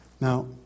Now